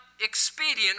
expedient